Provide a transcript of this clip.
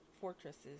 fortresses